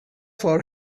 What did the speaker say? for